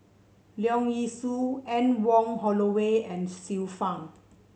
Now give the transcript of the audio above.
Leong Yee Soo Anne Wong Holloway and Xiu Fang